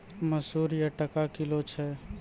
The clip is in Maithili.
मसूर क्या टका किलो छ?